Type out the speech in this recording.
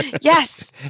Yes